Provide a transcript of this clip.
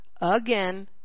again